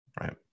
right